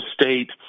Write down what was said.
State